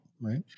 Right